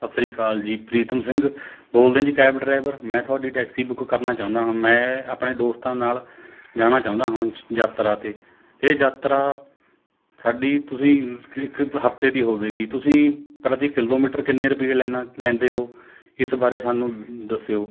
ਸਤਿ ਸ਼੍ਰੀ ਅਕਾਲ ਜੀ ਪ੍ਰੀਤਮ ਸਿੰਘ ਬੋਲਦੇ ਜੀ ਕੈਬ ਡਰਾਈਵਰ ਮੈਂ ਤੁਹਡੀ ਟੈਕਸੀ ਬੁੱਕ ਕਰਨਾ ਚਾਹੁੰਦਾ ਹਾਂ ਮੈਂ ਆਪਣੇ ਦੋਸਤਾਂ ਨਾਲ ਜਾਣਾ ਚਾਹੁੰਦਾ ਹਾਂ ਯਾਤਰਾ 'ਤੇ ਇਹ ਯਾਤਰਾ ਸਾਡੀ ਤੁਸੀਂ ਇੱਕ ਇੱਕ ਹਫ਼ਤੇ ਦੀ ਹੋਵੇਗੀ ਤੁਸੀਂ ਪ੍ਰਤੀ ਕਿਲੋਮੀਟਰ ਕਿੰਨੇ ਰੁਪਈਏ ਲੈਂਦਾ ਲੈਂਦੇ ਹੋ ਇਸ ਬਾਰੇ ਸਾਨੂੰ ਦੱਸਿਓ